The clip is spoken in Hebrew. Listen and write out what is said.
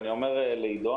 אני אומר לעידו,